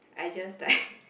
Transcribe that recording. I just like